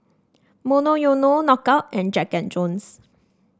Monoyono Knockout and Jack And Jones